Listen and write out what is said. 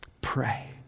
pray